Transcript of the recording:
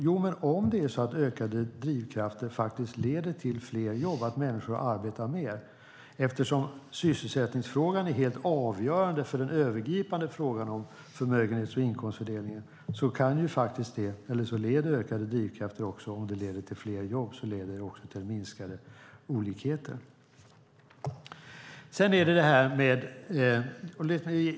Jo, men om ökade drivkrafter faktiskt leder till fler jobb, till att människor arbetar mer - sysselsättningsfrågan är ju helt avgörande för den övergripande frågan om förmögenhets och inkomstfördelningen - leder det också till minskade olikheter.